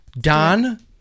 Don